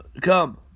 Come